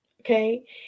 Okay